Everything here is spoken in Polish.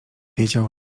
wiedział